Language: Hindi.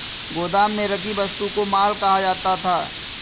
गोदाम में रखी वस्तु को माल कहा जाता है